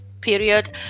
period